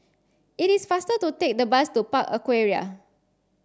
it is faster to take the bus to Park Aquaria